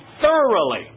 thoroughly